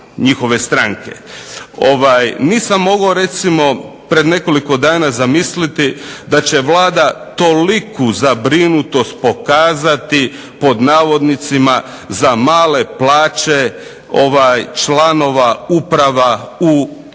Nisam mogao recimo, pred nekoliko dana zamisliti da će Vlada toliku zabrinutost pokazati "za male plaće" članova uprava u INA-i,